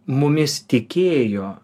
mumis tikėjo